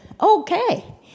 okay